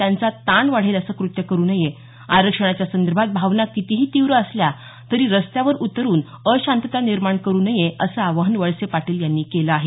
त्यांचा ताण वाढेल असं कृत्य करु नये आरक्षणाच्या संदर्भात भावना कितीही तीव्र असल्या तरी रस्त्यावर उतरून अशांतता निर्माण करू नये असं आवाहन वळसे पाटील यांनी केलं आहे